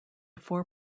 four